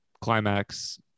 climax